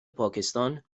پاکستان